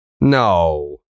No